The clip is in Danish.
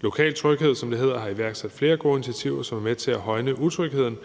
Lokaltryghed, som det hedder, har iværksat flere gode initiativer, som er med til at højne trygheden.